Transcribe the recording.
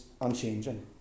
unchanging